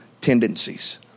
tendencies